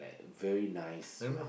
very nice smell